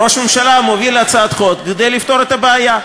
ראש הממשלה מוביל הצעת חוק כדי לפתור את הבעיה.